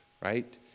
right